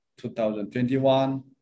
2021